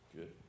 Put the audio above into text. Good